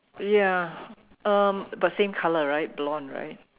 ya um but same color right blonde right